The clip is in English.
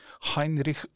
Heinrich